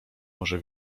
może